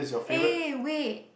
eh wait